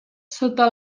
sota